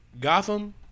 Gotham